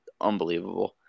unbelievable